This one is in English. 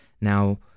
Now